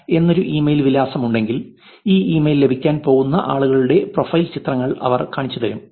com എന്നൊരു email വിലാസം ഉണ്ടെങ്കിൽ ഈ ഇമെയിൽ ലഭിക്കാൻ പോകുന്ന ആളുകളുടെ പ്രൊഫൈൽ ചിത്രങ്ങൾ അവർ കാണിച്ചുതരും